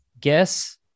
guess